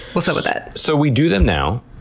what's up with that? so we do them now.